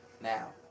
now